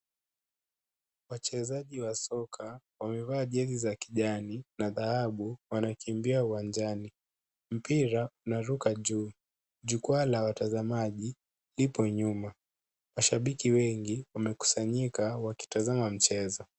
Wachezaji wa soka wamevaa jezi za kijani na dhahabu, wanakimbia uwanjani. Mpira unaruka juu. Jukwaa la watazamaji lipo nyuma. Mashabiki wengi wamekusanyika wakitazama mchezo.